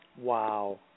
Wow